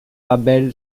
label